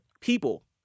people